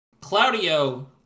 Claudio